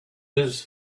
his